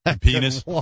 Penis